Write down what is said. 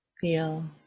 feel